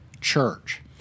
Church